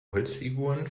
holzfiguren